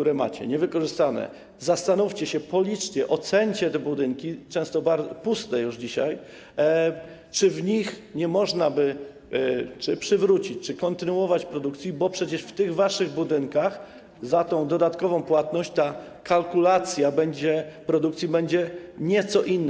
jakie macie, niewykorzystane, zastanówcie się, policzcie, oceńcie te budynki, często puste już dzisiaj, to, czy w nich nie można by przywrócić czy kontynuować produkcji, bo przecież przy tych waszych budynkach z tą dodatkową płatnością ta kalkulacja produkcji będzie nieco inna.